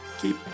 keep